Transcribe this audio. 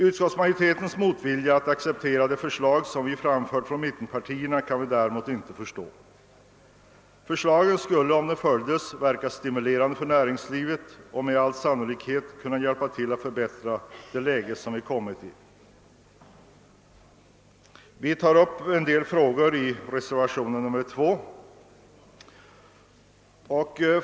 Utskottets motvilja mot att acceptera de förslag mittenpartierna framfört kan vi däremot inte förstå. De åtgärder vi föreslagit skulle verka stimulerande på näringslivet och hjälpa till att förbättra det läge som uppkommit. I reservationen 2 berörs frågan om bytesbalansen.